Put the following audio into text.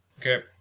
Okay